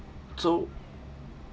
so